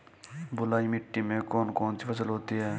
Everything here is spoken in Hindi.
बलुई मिट्टी में कौन कौन सी फसल होती हैं?